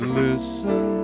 listen